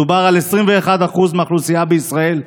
מדובר על 21% מהאוכלוסייה בישראל,